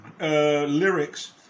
lyrics